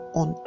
on